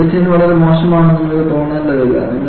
ഒടുവിൽ ഡിസൈൻ വളരെ മോശമാണെന്ന് നിങ്ങൾക്ക് തോന്നേണ്ടതില്ല